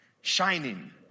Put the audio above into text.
shining